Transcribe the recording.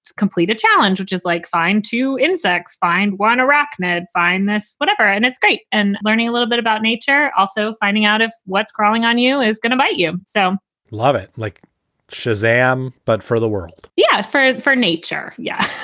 complete a challenge, which is like fine to insects, find one arachnid, find this whatever. and it's great. and learning a little bit about nature, also finding out what's growing on you is going to bite you so love it like shazam. but for the world yeah. for for nature. yes.